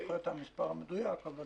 אני